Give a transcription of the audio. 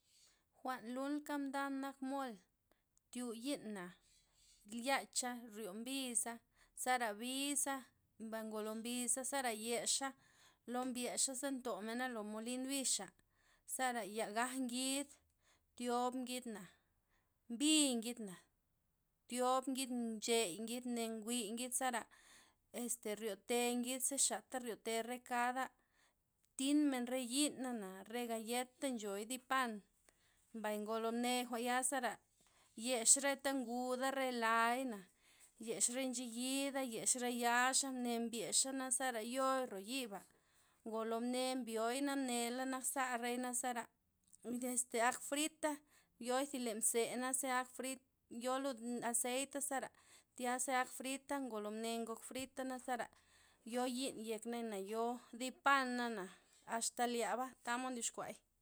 Jwa'n lulka' mdan nak mol, tyu yi'na tl- yecha, ryo mbiza, zara biza, mbay ngolo mbiza zera yexa', lo mbyexa' za ntomena lo molin bixa', zera ya gag ngid, thiob ngid, mbi ngidna', thiob ngid nchey ngid ne nguy ngid zara este riote ngid za xatha riote rekada', thinmen re yi'na', re gayet' ta nchoy di pan, mbay ngolo mne jwa'n yaza zara yex reta nguda', re layna, yez re ncheyida'na, yex re yaxa'. mne mbyexana' zera yo'i ro yiba, ngolo mne mbioy na mnela nakza rei zara desde ak frita' yoin lenti ze' neze ak frita' yoi lud azeita' zera tyaza ak frita' ngolo mne ngok frita' nazara yo yi'n yekney, yo di pana'na, axta' lyaba' tamod ndyoxkuay.